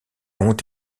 ont